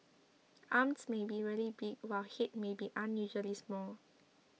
arms may be really big while head may be unusually small